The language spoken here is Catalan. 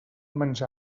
menjar